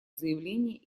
заявление